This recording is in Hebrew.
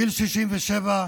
גיל 67,